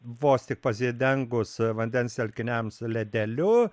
vos tik pasidengus vandens telkiniams ledeliu